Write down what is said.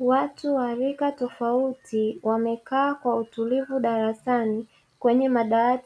Watu wa rika tofauti wamekaa kwa utulivu daftari